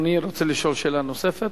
אדוני רוצה לשאול שאלה נוספת?